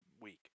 week